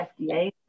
FDA